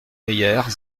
meyère